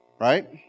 right